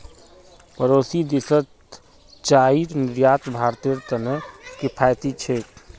पड़ोसी देशत चाईर निर्यात भारतेर त न किफायती छेक